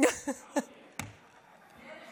ואני אעשה